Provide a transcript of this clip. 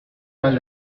pas